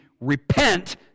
repent